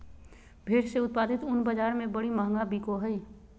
भेड़ से उत्पादित ऊन बाज़ार में बड़ी महंगा बिको हइ